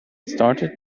started